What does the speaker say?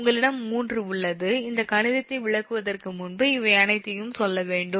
உங்களிடம் 3 உள்ளது இந்த கணிதத்தை விளக்குவதற்கு முன்பு இவை அனைத்தையும் சொல்ல வேண்டும்